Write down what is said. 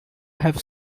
have